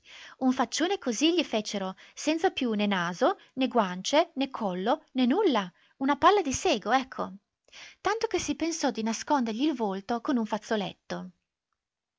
un faccione così gli fecero senza più né naso né guance né collo né nulla una palla di sego ecco tanto che si pensò di nascondergli il volto con un fazzoletto